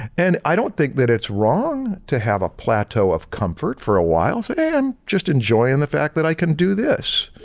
and i don't think that it's wrong to have a plateau of comfort for a while and just enjoying the fact that i can do this,